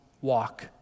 walk